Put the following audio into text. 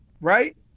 Right